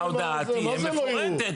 לא, ההודעה תהיה מפורטת.